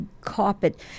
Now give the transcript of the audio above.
carpet